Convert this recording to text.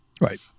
Right